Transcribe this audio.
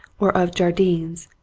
or of jardine's,